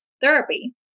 therapy